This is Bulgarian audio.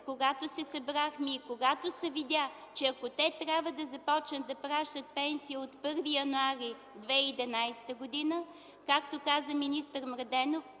когато се събрахме и когато се видя, че ако те трябва да започнат да плащат пенсия от 1 януари 2011 г., както каза министър Младенов,